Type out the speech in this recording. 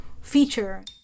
feature